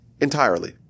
entirely